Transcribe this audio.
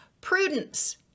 Prudence